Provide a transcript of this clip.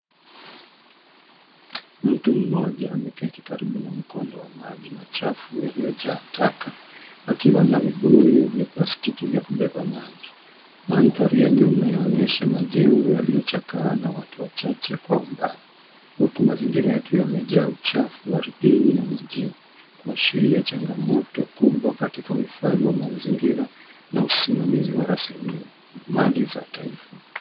Mtu mmoja ameketi karibu na mkondo wa maji machafu yaliyojaa taka, akiwa na vibuyu vya plastiki vya kubeba maji. Mandhari ya nyuma inaonyesha majengo yaliyochakaa na watu wachache kwa umbali, huku mazingira yakiwa yamejaa uchafu ardhini na majini, kuashiria changamoto kubwa katika uhifadhi wa mazingira na usimamizi wa rasilimali za taifa.